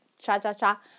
cha-cha-cha